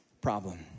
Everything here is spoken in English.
problem